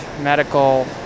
medical